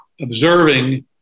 observing